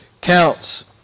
counts